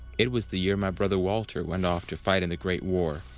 it was the year my brother walter went off to fight in the great war,